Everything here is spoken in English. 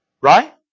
right